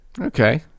Okay